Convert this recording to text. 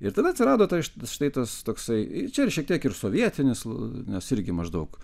ir tada atsirado tai štai tas toksai čia ir šiek tiek ir sovietinis nes irgi maždaug